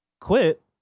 Quit